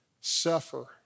suffer